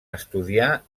estudià